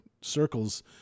circles